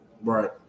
right